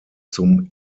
zum